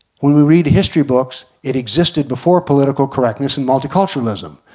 when we read history books it existed before political correctness and multiculturalism.